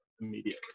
immediately